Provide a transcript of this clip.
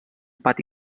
pati